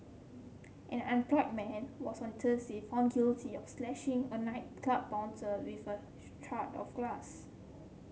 an unemployed man was on Thursday found guilty of slashing a nightclub bouncer with a shard of glass